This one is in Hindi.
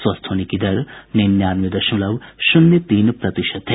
स्वस्थ होने की दर निन्यानवे दशमलव शून्य तीन प्रतिशत है